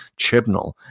Chibnall